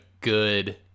good